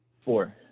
four